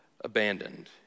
abandoned